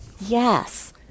Yes